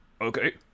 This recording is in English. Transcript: Okay